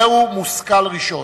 זהו מושכל ראשון.